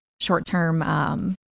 short-term